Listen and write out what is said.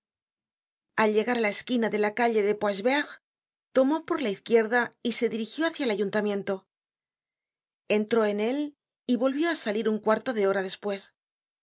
al llegar á la esquina de la calle de poichevert tomó por la izquierda y se dirigió hácia el ayuntamiento entró en él y volvió á salir un cuarto de hora despues